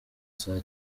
saa